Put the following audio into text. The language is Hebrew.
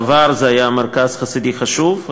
בעבר זה היה מרכז חסידי חשוב,